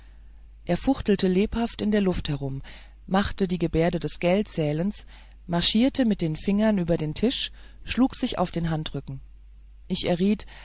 er fuchtelte lebhaft in der luft herum machte die gebärde des geldzählens marschierte mit den fingern über den tisch schlug sich auf den handrücken ich erriet